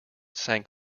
sank